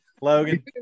Logan